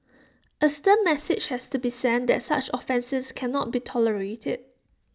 A stern message has to be sent that such offences cannot be tolerated